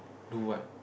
do what